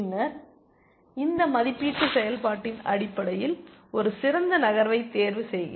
பின்னர் இந்த மதிப்பீட்டு செயல்பாட்டின் அடிப்படையில் ஒரு சிறந்த நகர்வைத் தேர்வுசெய்க